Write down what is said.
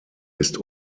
ist